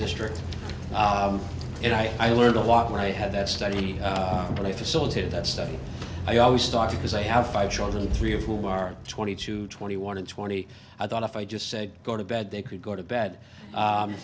district and i learned a lot when i had that study really facilitated that study i always thought because i have five children three of whom are twenty two twenty one and twenty i thought if i just said go to bed they could go to bed